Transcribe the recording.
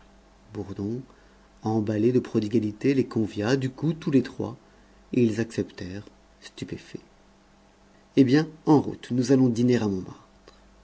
bourdon emballé de prodigalité les convia du coup tous les trois et ils acceptèrent stupéfaits eh bien en route nous allons dîner à